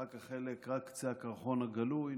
ורק קצה הקרחון גלוי.